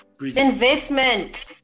investment